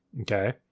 Okay